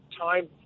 time